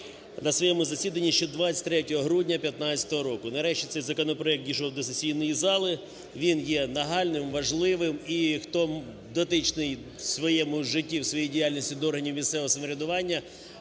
на своєму засіданні ще 23 грудня 15 року. Нарешті цей законопроект дійшов до сесійної зали, він є нагальним, важливим. І хто дотичний в своєму житті, в своїй діяльності до органів місцевого самоврядування,